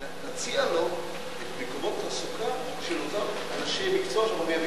נציע לו מקומות תעסוקה של אותם אנשי מקצוע שאנחנו מייבאים מסין.